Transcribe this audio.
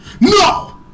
No